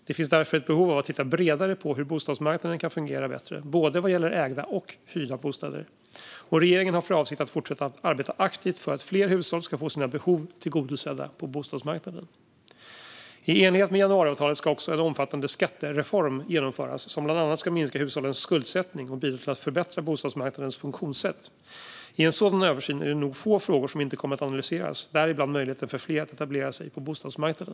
Det finns därför ett behov av att titta bredare på hur bostadsmarknaden kan fungera bättre både vad gäller ägda och vad gäller hyrda bostäder, och regeringen har för avsikt att fortsätta att arbeta aktivt för att fler hushåll ska få sina behov tillgodosedda på bostadsmarknaden. I enlighet med januariavtalet ska det också genomföras en omfattande skattereform, som bland annat ska minska hushållens skuldsättning och bidra till att förbättra bostadsmarknadens funktionssätt. I en sådan översyn är det nog få frågor som inte kommer att analyseras. En fråga som kommer att analyseras är möjligheterna för fler att etablera sig på bostadsmarknaden.